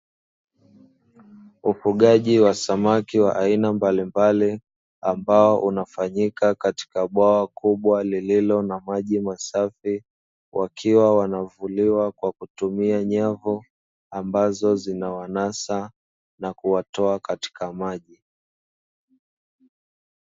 Ufugaji wa samaki wa aina mbalimbali ambao unafanyika katika bwawa kubwa lililo na maji masafi, wakiwa wanavuliwa kwa kutumia nyavu ambazo zinawanasa na kuwa toa katika maji.